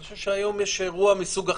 אני חושב שהיום יש אירוע מסוג אחר,